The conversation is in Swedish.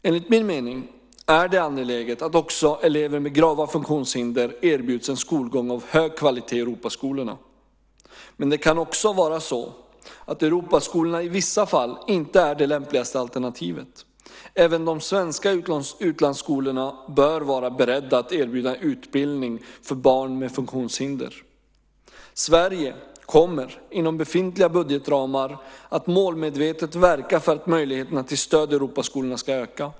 Enligt min mening är det angeläget att också elever med grava funktionshinder erbjuds en skolgång av hög kvalitet i Europaskolorna. Men det kan också vara så att Europaskolorna i vissa fall inte är det lämpligaste alternativet. Även de svenska utlandsskolorna bör vara beredda att erbjuda utbildning för barn med funktionshinder. Sverige kommer inom befintliga budgetramar att målmedvetet verka för att möjligheterna till stöd i Europaskolorna ska öka.